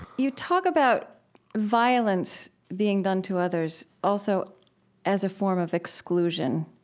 you talk about violence being done to others also as a form of exclusion,